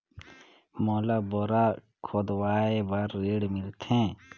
मोला बोरा खोदवाय बार ऋण मिलथे?